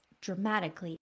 dramatically